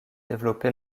développée